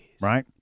Right